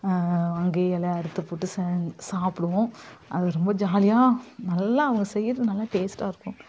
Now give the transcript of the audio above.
அங்கேயே இலை அறுத்து போட்டு செஞ் சாப்பிடுவோம் அது ரொம்ப ஜாலியாக நல்ல அவங்க செய்றது நல்ல டேஸ்ட்டாக இருக்கும்